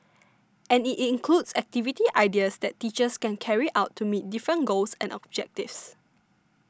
and it includes activity ideas that teachers can carry out to meet different goals and objectives